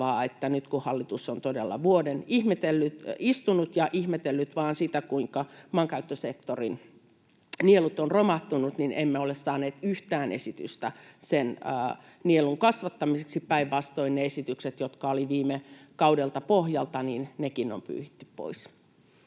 että nyt kun hallitus on todella vuoden istunut ja ihmetellyt vaan sitä, kuinka maankäyttösektorin nielut ovat romahtaneet, niin emme ole saaneet yhtään esitystä sen nielun kasvattamiseksi. Päinvastoin nekin esitykset, jotka olivat viime kaudelta pohjalla, on pyyhitty pois.